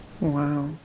Wow